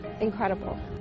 incredible